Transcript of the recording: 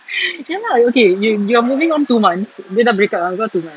ya lah okay you're you're moving on two months dia dah break up dengan kau two months